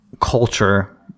culture